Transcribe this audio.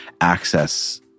access